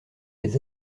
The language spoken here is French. les